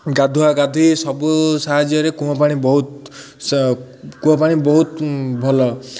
ଗାଧୁଆ ଗାଧି ସବୁ ସାହାଯ୍ୟରେ କୂଅ ପାଣି ବୋହୁତ କୂଅ ପାଣି ବୋହୁତ ଭଲ